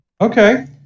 okay